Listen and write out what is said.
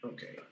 Okay